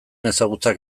ezagutzak